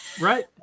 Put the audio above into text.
right